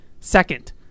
second –